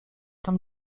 tam